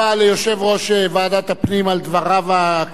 תודה רבה ליושב-ראש ועדת הפנים על הדברים הקצרים והקולעים.